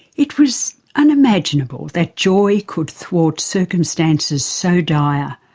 it was unimaginable that joy could thwart circumstances so dire,